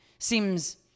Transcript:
Seems